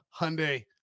hyundai